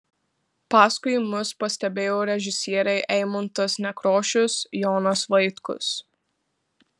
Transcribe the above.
paskui mus pastebėjo režisieriai eimuntas nekrošius jonas vaitkus